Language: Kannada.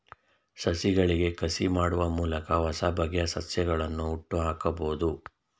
ಸಸಿಗಳಿಗೆ ಕಸಿ ಮಾಡುವ ಮೂಲಕ ಹೊಸಬಗೆಯ ಸಸ್ಯಗಳನ್ನು ಹುಟ್ಟುಹಾಕಬೋದು